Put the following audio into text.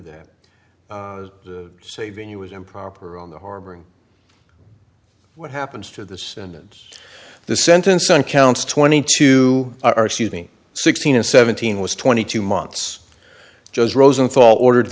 that saving you was improper on the harboring what happens to this and the sentence on counts twenty two are shooting sixteen and seventeen was twenty two months just rosenthal ordered